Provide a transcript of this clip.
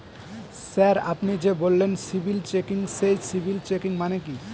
Sir আপনি যে বললেন সিবিল চেকিং সেই সিবিল চেকিং মানে কি?